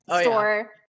store